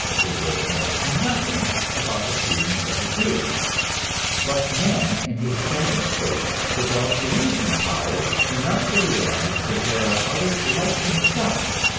the wolf knows nothing about the feelings of a deer but man in his savage state develops reasoning powers enough to realize that there are others like himself,